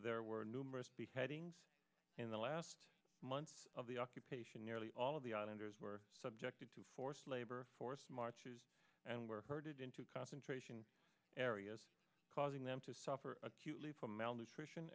there were numerous beheadings in the last months of the occupation nearly all of the islanders were subjected to forced labor force marches and were herded into concentration areas causing them to suffer acutely from malnutrition